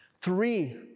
Three